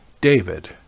David